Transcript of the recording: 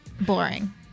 Boring